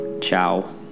Ciao